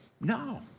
no